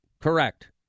Correct